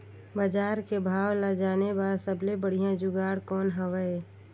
बजार के भाव ला जाने बार सबले बढ़िया जुगाड़ कौन हवय?